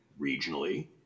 regionally